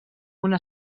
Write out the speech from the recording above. una